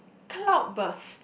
cloudpress